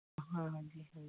ਹਾਂਜੀ ਹਾਂਜੀ